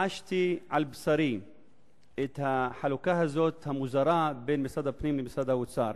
וחשתי על בשרי את החלוקה הזאת המוזרה בין משרד הפנים למשרד האוצר.